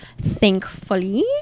thankfully